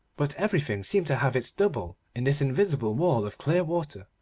but everything seemed to have its double in this invisible wall of clear water.